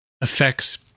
affects